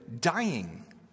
dying